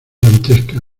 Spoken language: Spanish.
dantesca